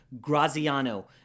Graziano